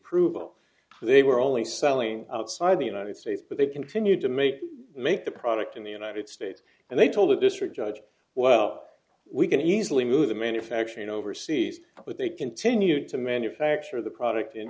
prove they were only selling outside the united states but they continued to make make the product in the united states and they told the district judge well we can easily move the manufacturing overseas but they continue to manufacture the product in